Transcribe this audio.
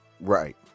Right